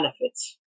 benefits